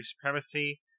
supremacy